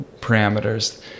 parameters